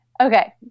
Okay